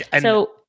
So-